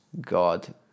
God